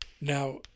Now